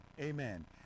Amen